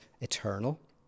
eternal